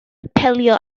apelio